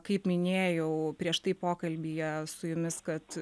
kaip minėjau prieš tai pokalbyje su jumis kad